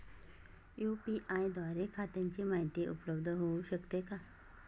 UPI द्वारे खात्याची माहिती उपलब्ध होऊ शकते का?